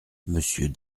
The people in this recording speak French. monsieur